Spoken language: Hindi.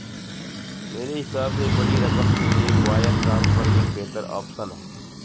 मेरे हिसाब से बड़ी रकम के लिए वायर ट्रांसफर एक बेहतर ऑप्शन है